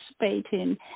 participating